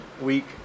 week